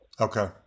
Okay